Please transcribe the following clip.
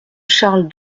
charles